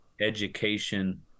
education